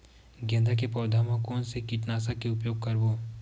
गेंदा के पौधा म कोन से कीटनाशक के उपयोग करबो?